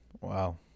Wow